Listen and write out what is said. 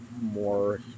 more